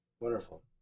wonderful